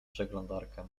przeglądarkę